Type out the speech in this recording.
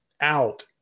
out